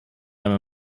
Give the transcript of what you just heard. immer